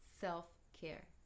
self-care